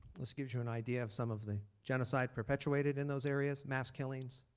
this gives you an idea of some of the genocide perpetuated in those areas, mass killings.